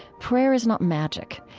prayer is not magic.